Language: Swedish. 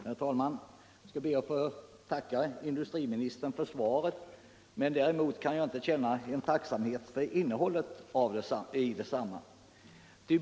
Herr talman! Jag skall be att få tacka industriministern för svaret. Däremot kan jag inte känna tacksamhet för innehållet i detsamma.